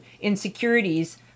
insecurities